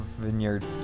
Vineyard